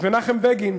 את מנחם בגין,